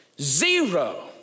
zero